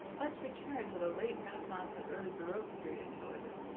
let's return to the late renaissance and early baroque periods, however,